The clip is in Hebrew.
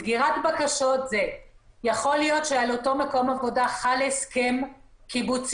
סגירת בקשות זה יכול להיות שעל אותו מקום עבודה חל הסכם קיבוצי,